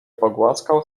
pogłaskał